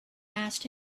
asked